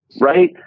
right